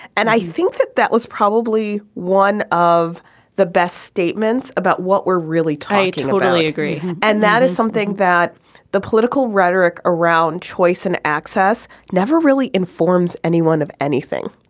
and i think that that was probably one of the best statements about what we're really tight. totally agree. and that is something that the political rhetoric around choice and access never really informs anyone of anything.